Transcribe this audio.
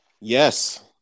Yes